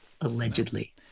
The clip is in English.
allegedly